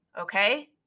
okay